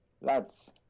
lads